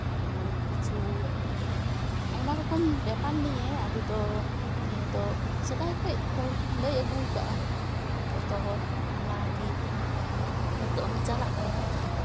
ᱡᱮᱢᱚᱱ ᱠᱤᱪᱷᱩ ᱟᱭᱢᱟ ᱨᱚᱠᱚᱢ ᱵᱮᱯᱟᱨ ᱱᱤᱭᱮ ᱟᱵᱚ ᱫᱚ ᱱᱤᱭᱟᱹ ᱫᱚ ᱥᱮᱫᱟᱭ ᱠᱷᱚᱱ ᱦᱚᱲ ᱠᱚ ᱞᱟᱹᱭ ᱟᱹᱜᱩᱣ ᱠᱟᱜᱼᱟ ᱡᱚᱛᱚ ᱦᱚᱲ ᱚᱱᱟ ᱜᱮ ᱱᱤᱛᱳᱜ ᱦᱚᱸ ᱪᱟᱞᱟᱜ ᱠᱟᱱᱟ